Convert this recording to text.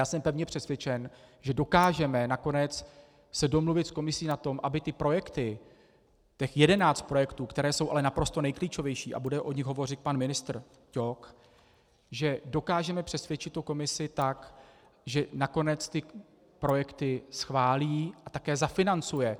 Jsem pevně přesvědčen, že se dokážeme nakonec domluvit s Komisí na tom, aby ty projekty, těch 11 projektů, které jsou ale naprosto nejklíčovější, a bude o nich hovořit pan ministr Ťok, že dokážeme přesvědčit Komisi tak, že nakonec ty projekty schválí a také zafinancuje.